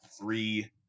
three